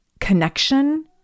connection